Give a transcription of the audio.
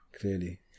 clearly